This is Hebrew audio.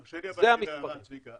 תרשה לי אבל הערה, צביקה.